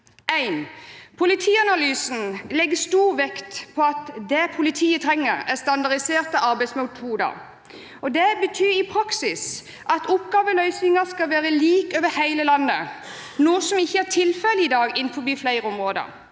meg. Politianalysen legger stor vekt på at det politiet trenger, er standardiserte arbeidsmetoder. Det betyr i praksis at oppgaveløsningen skal være lik over hele landet, noe som ikke er tilfellet i dag innenfor flere områder.